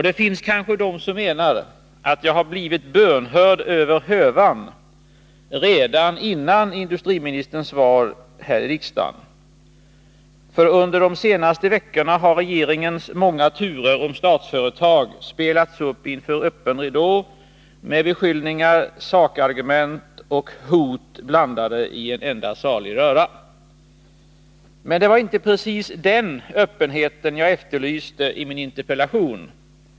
Det finns kanske de som menar att jag har blivit bönhörd över hövan redan utan industriministerns svar här i riksdagen. För under de senaste veckorna har regeringens många turer om Statsföretag spelats upp inför öppen ridå, med beskyllningar, sakargument och hot blandade i en enda salig röra. Men det var inte precis den öppenheten jag efterlyste i min interpellation.